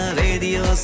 radio